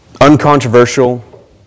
uncontroversial